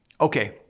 Okay